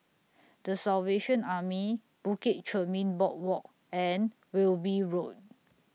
The Salvation Army Bukit Chermin Boardwalk and Wilby Road